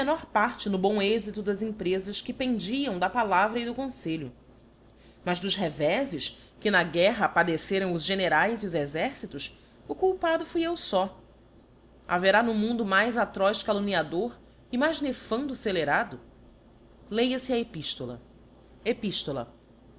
parte no bom êxito das emprefas que pendiam da palavra e do confelho mas dos revéfes que na guerra padeceram os generaes e os exércitos o culpado fui eu fó haverá no mundo mais atroz calumniador e mais nefando fcelerado lêa fe a epistola